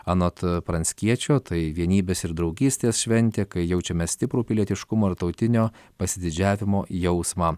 anot pranckiečio tai vienybės ir draugystės šventė kai jaučiame stiprų pilietiškumo ir tautinio pasididžiavimo jausmą